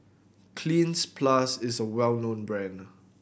Cleanz Plus is a well known brand